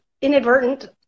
inadvertent